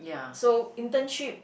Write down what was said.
so internship